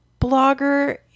blogger